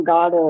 God